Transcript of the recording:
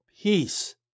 peace